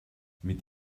mit